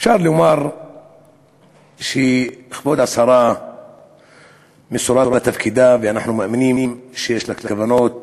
אפשר לומר שכבוד השרה מסורה לתפקידה ואנחנו מאמינים שיש לה כוונות